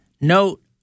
note